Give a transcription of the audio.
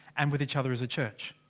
and with each other as a church.